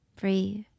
breathe